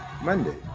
Monday